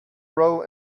row